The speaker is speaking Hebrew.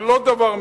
זה לא דבר מקובל.